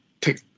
take